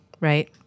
right